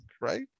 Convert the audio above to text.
right